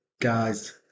guys